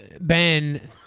Ben